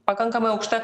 pakankamai aukšta